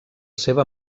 seva